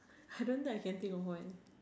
I don't think I can think of one